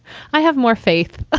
i have more faith ah